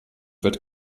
wird